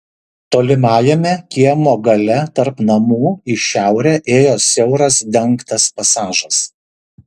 tolimajame kiemo gale tarp namų į šiaurę ėjo siauras dengtas pasažas